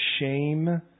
shame